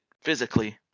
physically